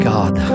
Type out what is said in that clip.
God